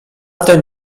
ten